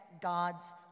God's